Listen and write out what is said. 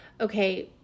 okay